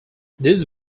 this